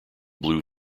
blue